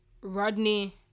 Rodney